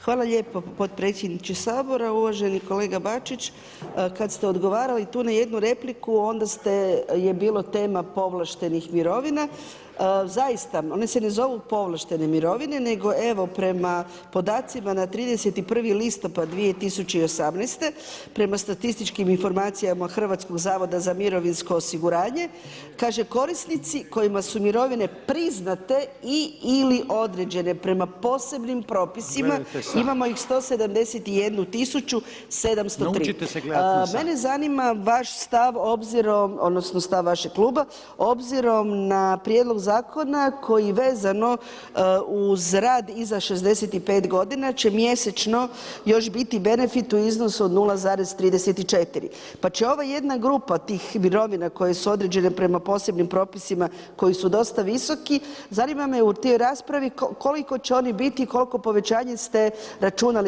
Hvala lijepo podpredsjedniče sabora, uvaženi kolega Bačić kad ste odgovarali tu na jednu repliku onda ste je bilo tema povlaštenih mirovina, zaista one se ne zovu povlaštene mirovine nego evo prema podacima na 31. listopad 2018. prema statističkim informacijama HZMO kaže korisnici kojima su mirovine priznate i/ili određene prema posebnim propisima [[Upadica: Gledajte sat.]] imamo ih 171.703 [[Upadica: Naučite se gledat na sat.]] mene zanima vaš stav obzirom odnosno stav vašeg kluba obzirom na prijedlog zakona koji vezano uz rad iza 65 godina će mjesečno još biti benefit u iznosu od 0,34 pa će ovo jedna grupa tih mirovina koje su određene prema posebnim propisima koji su dosta visoki, zanima me u toj raspravi koliko će oni biti i kolko povećanje ste računali za te mirovine.